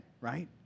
right